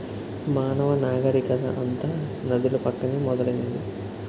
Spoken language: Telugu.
మానవ నాగరికత అంతా నదుల పక్కనే మొదలైంది